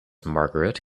margaret